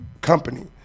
company